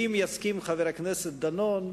אם יסכים חבר הכנסת דנון,